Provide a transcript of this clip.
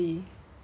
ugh